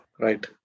Right